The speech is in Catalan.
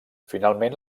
finalment